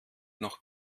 noch